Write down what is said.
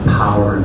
power